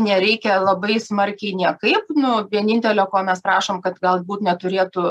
nereikia labai smarkiai niekaip nu vienintelio ko mes prašom kad galbūt neturėtų